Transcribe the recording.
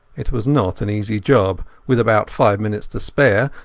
it was not an easy job, with about five minutes to spare,